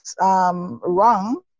wrong